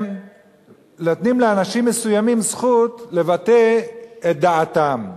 לאנשים מסוימים זכות לבטא את דעתם,